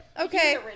Okay